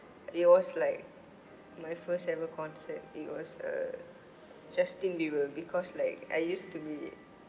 it was like my first ever concert it was err justin bieber because like I used to be